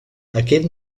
aquest